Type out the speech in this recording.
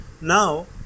Now